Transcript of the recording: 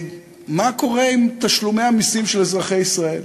מה קורה עם תשלומי המסים של אזרחי ישראל?